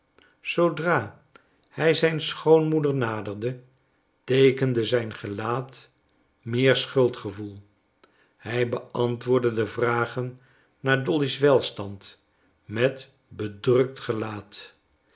zoodra hij zijn schoonmoeder naderde teekende zijn gelaat meer schuldgevoel hij beantwoordde de vragen naar dolly's welstand met bedrukt gelaat